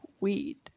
weed